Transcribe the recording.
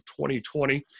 2020